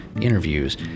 interviews